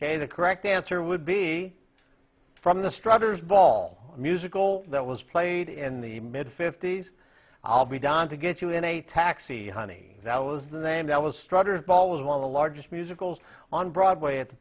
ok the correct answer would be from the strutters ball musical that was played in the mid fifty's i'll be down to get you in a taxi honey that was the name that was structured paul was one of the largest musicals on broadway at the